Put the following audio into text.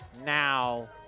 now